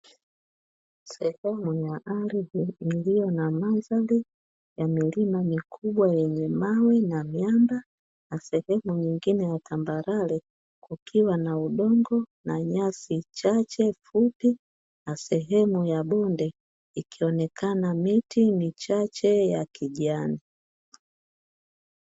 Sehemu ya ardhi iliyo na mandhari ya milima mikubwa yenye mawe na miamba, na sehemu nyingine ya tambarare kukiwa na udongo na nyasi chache fupi, na sehemu ya bonde ikionekana miti michache ya kijani.